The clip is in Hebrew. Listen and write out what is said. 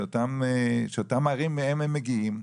של אותן ערים שמהן הם מגיעים,